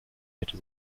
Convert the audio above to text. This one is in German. hätte